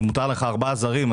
מותר לך ארבעה זרים,